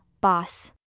boss